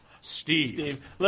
Steve